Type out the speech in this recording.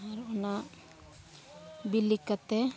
ᱟᱨ ᱚᱱᱟ ᱵᱤᱞᱤ ᱠᱟᱛᱮᱫ